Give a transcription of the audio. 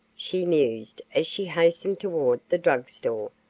she mused as she hastened toward the drug store.